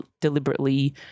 deliberately